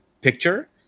picture